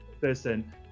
person